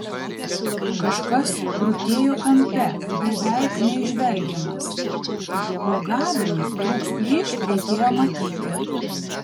kažkas krutėjo kampe beveik neįžvelgiamas o gabrui truks plyš reikėjo matyti